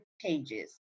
pages